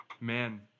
Man